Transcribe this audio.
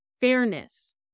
fairness